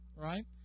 Right